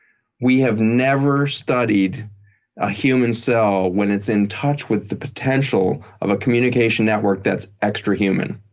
we have never studied a human cell when it's in touch with the potential of a communication network that's extra human.